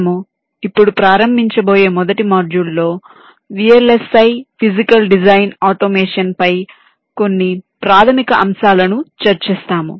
మనము ఇప్పుడు ప్రారంభించబోయే మొదటి మాడ్యూల్లో VLSI ఫిజికల్ డిజైన్ ఆటోమేషన్పై కొన్ని ప్రాథమిక అంశాలను చర్చిస్తాము